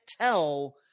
tell